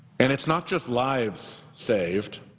and it's not just lives saved.